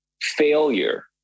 failure